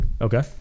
Okay